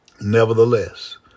Nevertheless